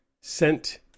sent